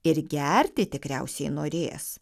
ir gerti tikriausiai norės